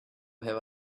have